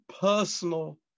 personal